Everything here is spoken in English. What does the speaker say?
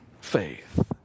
faith